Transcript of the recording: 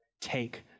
take